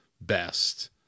best